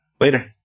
Later